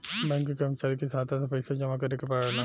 bank के कर्मचारी के सहायता से पइसा जामा करेके पड़ेला